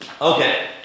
Okay